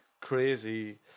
crazy